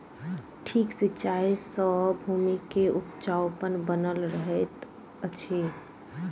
ठीक सिचाई सॅ भूमि के उपजाऊपन बनल रहैत अछि